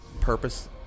purpose